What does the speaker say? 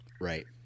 Right